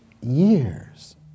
years